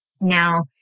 Now